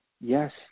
yes